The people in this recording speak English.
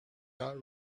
got